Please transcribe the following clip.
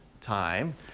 time